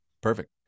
Perfect